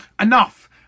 Enough